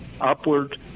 upward